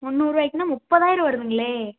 முந்நூறுபாய்க்குன்னா முப்பாதாயிரம் வருதுங்களே